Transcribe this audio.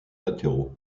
latéraux